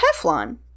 Teflon